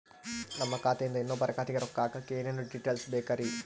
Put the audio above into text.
ನಮ್ಮ ಖಾತೆಯಿಂದ ಇನ್ನೊಬ್ಬರ ಖಾತೆಗೆ ರೊಕ್ಕ ಹಾಕಕ್ಕೆ ಏನೇನು ಡೇಟೇಲ್ಸ್ ಬೇಕರಿ?